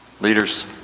Leaders